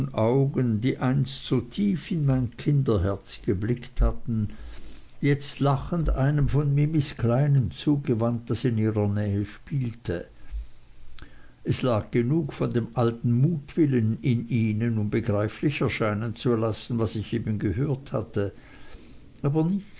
augen die einst so tief in mein kinderherz geblickt hatten jetzt lachend einem von minnies kleinen zugewandt das in ihrer nähe spielte es lag genug von dem alten mutwillen in ihnen um begreiflich erscheinen zu lassen was ich eben gehört hatte aber nichts